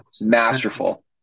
Masterful